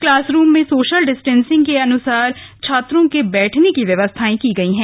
class room में social distancing के अन्सार छात्रों के बैठने की व्यवस्था की गई है